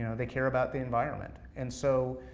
you know they care about the environment. and so,